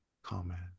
comment